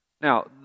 Now